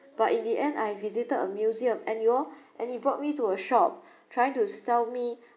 but in the end I visited a museum and you know and he brought me to a shop trying to sell me